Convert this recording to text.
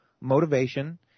motivation